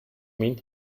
mean